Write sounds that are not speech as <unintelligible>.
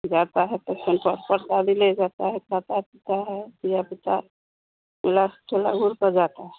जाता है त <unintelligible> ले जाता है खाता पीता है धिया पूता <unintelligible> क जाता है